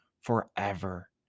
forever